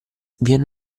viene